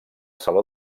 saló